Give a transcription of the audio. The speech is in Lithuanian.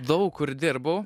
daug kur dirbau